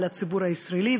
על הציבור הישראלי,